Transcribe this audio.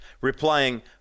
replying